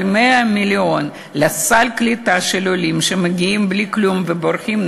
אבל 100 מיליון לסל קליטה של עולים שמגיעים בלי כלום ובורחים,